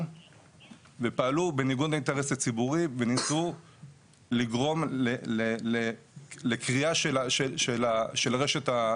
ופעלו בניגוד לאינטרס הציבורי וניסו לגרום לקריעה של הרשת.